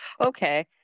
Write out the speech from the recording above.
Okay